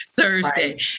Thursday